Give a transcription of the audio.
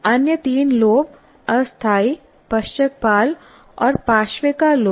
अन्य तीन लोब अस्थायी पश्चकपाल और पार्श्विका लोब